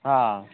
ହଁ